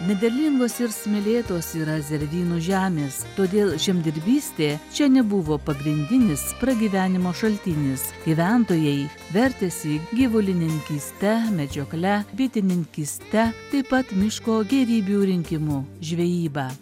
nederlingos ir smėlėtos yra zervynų žemės todėl žemdirbystė čia nebuvo pagrindinis pragyvenimo šaltinis gyventojai vertėsi gyvulininkyste medžiokle bitininkyste taip pat miško gėrybių rinkimu žvejyba